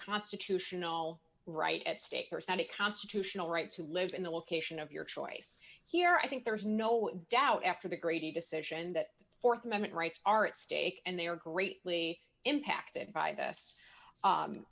constitutional right at stake here is that it constitutional right to live in the location of your choice here i think there is no doubt after the grady decision that the th amendment rights are at stake and they are greatly impacted by this